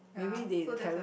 maybe they the parents